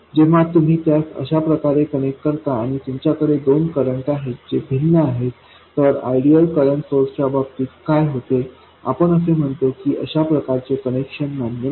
जेव्हा तुम्ही त्यास अशा प्रकारे कनेक्ट करता आणि तुमच्याकडे दोन करंट आहेत जे भिन्न आहेत तर आयडियल करंट सोर्स च्या बाबतीत काय होते आपण असे म्हणतो की अशा प्रकार चे कनेक्शन मान्य नाही